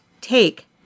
take